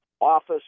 Office